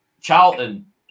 Charlton